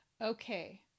Okay